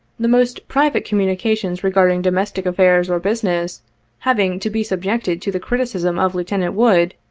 the most private communications regarding domestic affairs or business having to be subjected to the criticism of lieutenant wood,